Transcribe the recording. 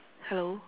hello